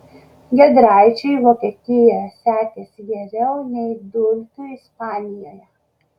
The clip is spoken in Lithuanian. giedraičiui vokietijoje sekėsi geriau nei dulkiui ispanijoje